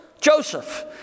Joseph